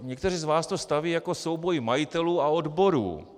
Někteří z vás to staví jako souboj majitelů a odborů.